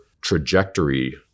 trajectory